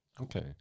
Okay